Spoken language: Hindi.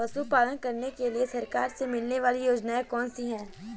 पशु पालन करने के लिए सरकार से मिलने वाली योजनाएँ कौन कौन सी हैं?